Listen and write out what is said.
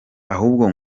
ahubwo